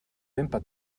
wimper